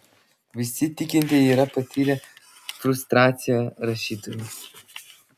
visi tikintieji yra patyrę frustraciją rašytojai